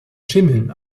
schimmeln